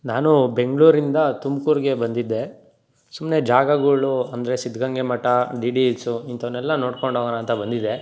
ನಾನು ಬೆಂಗಳೂರಿಂದ ತುಮಕೂರಿಗೆ ಬಂದಿದ್ದೆ ಸುಮ್ಮನೆ ಜಾಗಗಳು ಅಂದರೆ Siddaganga Matha D D hills ಇಂಥವ್ನೆಲ್ಲ ನೋಡ್ಕೊಂಡು ಹೋಗೋಣ ಅಂತ ಬಂದಿದ್ದೆ